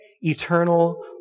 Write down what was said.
eternal